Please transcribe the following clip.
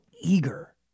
eager